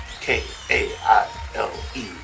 k-a-i-l-e